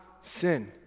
sin